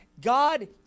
God